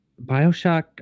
Bioshock